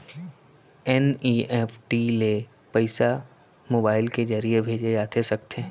NEFT ले पइसा mobile के ज़रिए भेजे जाथे सकथे?